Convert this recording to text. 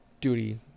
duty